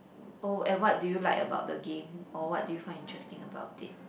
oh and what do you like about the game or what do you find interesting about it